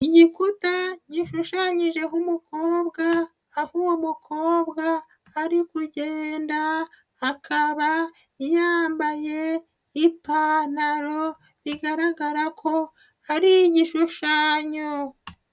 Igikuta gishushanyijeho umukobwa, aho uwo mukobwa ari bugenda, akaba yambaye ipantaro bigaragara ko ari igishushanyo.